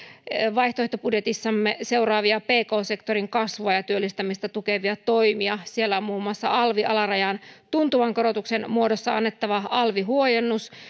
vaihtoehtobudjetissamme seuraavia pk sektorin kasvua ja työllistämistä tukevia toimia siellä on muun muassa alvialarajan tuntuvan korotuksen muodossa annettava alvihuojennus